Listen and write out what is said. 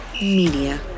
Media